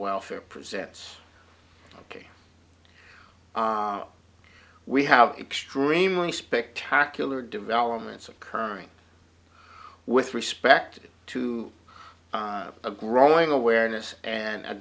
welfare presents ok we have extremely spectacular developments occurring with respect to a growing awareness and a